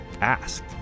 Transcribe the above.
asked